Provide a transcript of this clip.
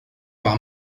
par